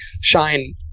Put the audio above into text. Shine